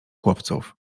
chłopców